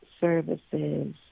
services